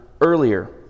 earlier